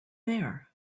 there